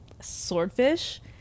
swordfish